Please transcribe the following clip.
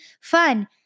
fun